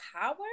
power